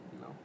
no